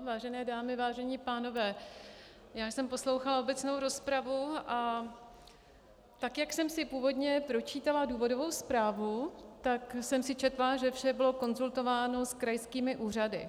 Vážené dámy, vážení pánové, já jsem poslouchala obecnou rozpravu, a tak jak jsem si původně počítala důvodovou zprávu, tak jsem si četla, že vše bylo konzultováno s krajskými úřady.